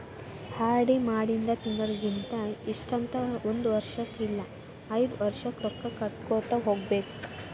RD ಮಾಡಿಂದ ತಿಂಗಳಿಗಿ ಇಷ್ಟಂತ ಒಂದ್ ವರ್ಷ್ ಇಲ್ಲಾ ಐದ್ ವರ್ಷಕ್ಕ ರೊಕ್ಕಾ ಕಟ್ಟಗೋತ ಹೋಗ್ಬೇಕ್